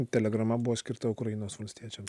telegrama buvo skirta ukrainos valstiečiam